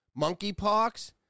Monkeypox